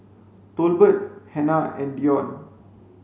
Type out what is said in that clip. Tolbert Hannah and Dion